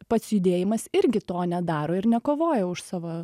pats judėjimas irgi to nedaro ir nekovoja už savo